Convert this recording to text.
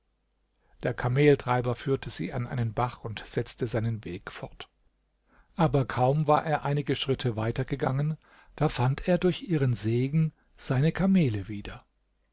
der kameltreiber führte sie an einen bach und setzte seinen weg fort aber kaum war er einige schritte weiter gegangen da fand er durch ihren segen seine kamele wieder